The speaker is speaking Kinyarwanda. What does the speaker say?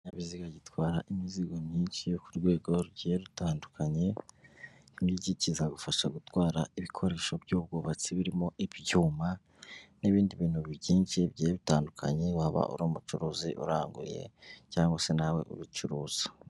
Ikinyabiziga gitwara imizigo myinshi yo ku rwego rugiye rutandukanye, iki ngiki kizagufasha gutwara ibikoresho by'ubwubatsi birimo ibyuma n'ibindi bintu byinshi bigiye bitandukanye, waba uri umucuruzi uranguye cyangwa se nawe ubicuruza.